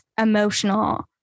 emotional